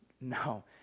No